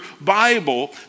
Bible